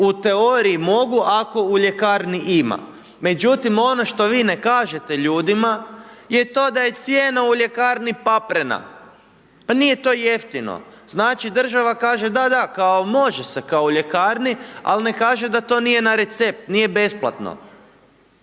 u teoriji mogu ako u ljekarni ima, međutim, ono što vi ne kažete ljudima je to da je cijena u ljekarni paprena, pa nije to jeftino. Znači, država kaže da, da, kao može se kao u ljekarni, ali ne kaže da to nije na recept, nije besplatno,